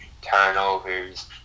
turnovers